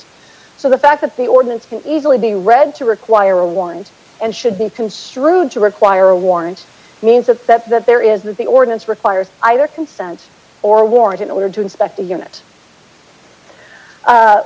so the fact that the ordinance can easily be read to require one and should be construed to require a warrant means accept that there is that the ordinance requires either consent or a warrant in order to inspect the units a